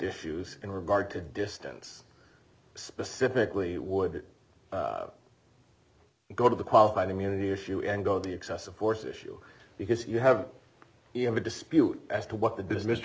issues in regard to distance specifically would go to the qualified immunity issue and go the excessive force issue because you have you have a dispute as to what the